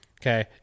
Okay